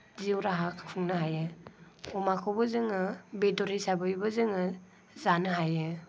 जिउ राहा खुंनो हायो अमाखौबो जोङो बेदर हिसाबैबो जोङो जानो हायो